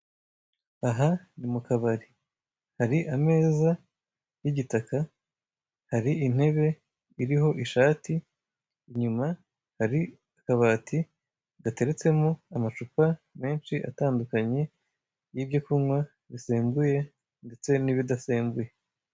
Aha ni mukabari, hari ameza y'igitaka hari inebe iriho ishati inyuma, hari akabati gateretsemo amacupa menshi atandukanye y'ibyo kunywa bisembuye ndetse n'ibidasembuye.